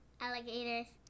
Alligators